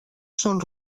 són